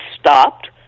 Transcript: stopped